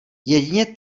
jedině